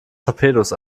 torpedos